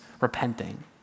repenting